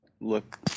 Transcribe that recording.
look